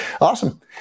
awesome